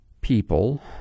people